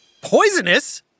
Poisonous